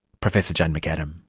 professor jane mcadam.